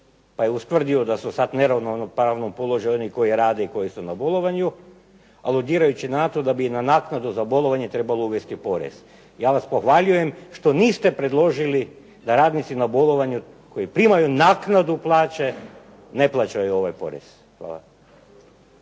pa je ustvrdio da su sad …/Govornik se ne razumije./… položaju oni koji rade i oni koji su na bolovanju, aludirajući na to da bi i na naknadu za bolovanje trebalo uvesti porez. Ja vas pohvaljujem što niste predložili da radnici na bolovanju, koji primaju naknadu plaće, ne plaćaju ovaj porez. Hvala.